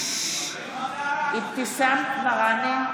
אבתיסאם מראענה,